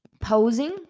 posing